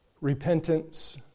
repentance